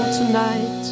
tonight